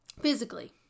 Physically